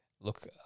look